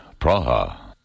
Praha